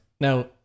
Now